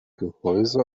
gehäuse